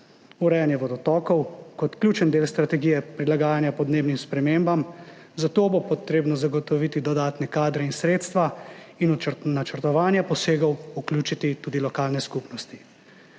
urejanje vodotokov kot ključen del strategije prilagajanja podnebnim spremembam, zato bo treba zagotoviti dodatne kadre in sredstva in v načrtovanje posegov vključiti tudi lokalne skupnosti,